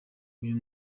uyu